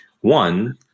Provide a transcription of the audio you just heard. one